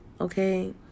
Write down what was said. Okay